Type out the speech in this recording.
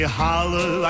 holler